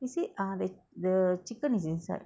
they say err the the chicken is inside